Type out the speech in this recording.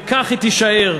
וכך היא תישאר.